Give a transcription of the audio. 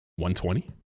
120